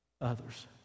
others